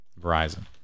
Verizon